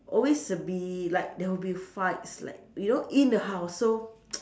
always be like there will fights like you know in the house so